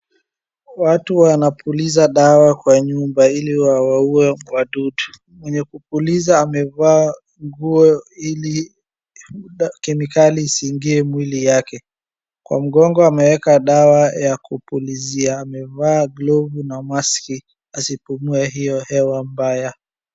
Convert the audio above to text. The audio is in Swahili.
Watu wanapuliza dawa kwa nyumba ili wawaue wadudu. Mwenye kupuliza amevaa nguo ili kemikali isiingie mwili yake. Kwa mgongo ameweka dawa ya kupulizia. Amevaa glovu na maski asipumue hiyo hewa mbaya.